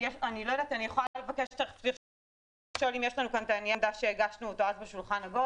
אני יכולה לשאול אם יש כאן את נייר העמדה שהגשנו בשולחן העגול.